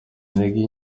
intege